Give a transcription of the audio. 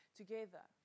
together